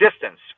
distance